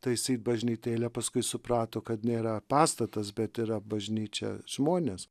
taisyt bažnytėlę paskui suprato kad nėra pastatas bet yra bažnyčia žmonės